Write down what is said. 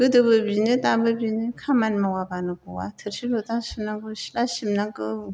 गोदोबो बिनो दाबो बिनो खामानि मावाबानो ग'वा थोरसि लथा सुनांगौ सिथ्ला सिबनांगौ